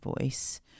voice